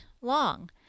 long